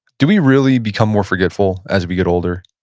do we really become more forgetful as we get older?